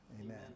Amen